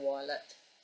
wallet